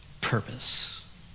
purpose